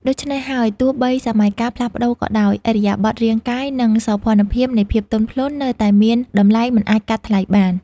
ដូច្នេះហើយ ទោះបីសម័យកាលផ្លាស់ប្តូរក៏ដោយ ឥរិយាបថរាងកាយ និងសោភ័ណភាពនៃភាពទន់ភ្លន់នៅតែមានតម្លៃមិនអាចកាត់ថ្លៃបាន។